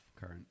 current